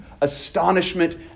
Astonishment